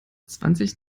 zwanzig